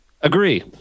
Agree